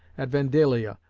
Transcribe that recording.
at vandalia,